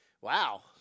wow